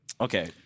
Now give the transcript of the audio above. Okay